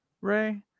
Ray